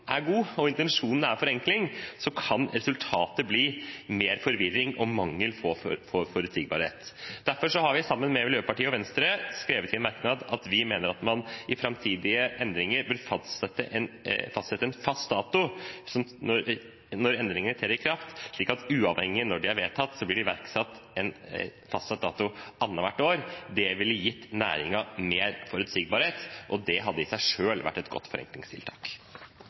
er god og intensjonen er forenkling, kan resultatet bli mer forvirring og mangel på forutsigbarhet. Derfor har vi, sammen med Miljøpartiet og Venstre, skrevet en merknad om at vi mener at man i framtidige endringer bør fastsette en fast dato for når endringer trer i kraft, slik at de, uavhengig av når de blir vedtatt, blir iverksatt en fastsatt dato annethvert år. Det ville gitt næringen mer forutsigbarhet, og det hadde i seg selv vært et godt forenklingstiltak.